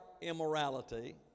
immorality